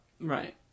Right